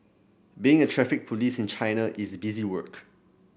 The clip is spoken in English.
being a Traffic Police in China is busy work